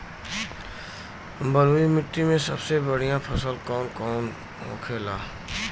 बलुई मिट्टी में सबसे बढ़ियां फसल कौन कौन होखेला?